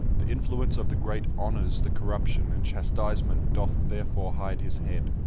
the influence of the great honours the corruption, and chastisement doth therefore hide his head.